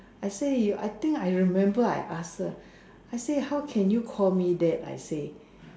I say I think I remember you ask her I say how can you call me that I say